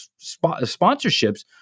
sponsorships